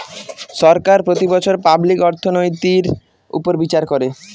সরকার প্রতি বছর পাবলিক অর্থনৈতির উপর বিচার করে